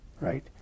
right